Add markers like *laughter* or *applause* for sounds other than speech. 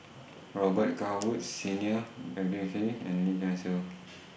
Robet Carr Woods Senior *unintelligible* and Lim *unintelligible*